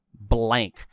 blank